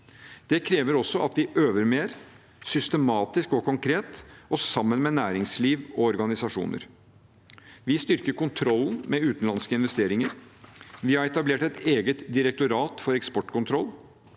Det krever også at vi øver mer systematisk og konkret, og sammen med næringsliv og organisasjoner. Vi styrker kontrollen med utenlandske investeringer. Vi har etablert et eget direktorat for eksportkontroll.